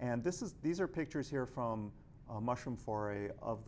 and this is these are pictures here from a mushroom for a of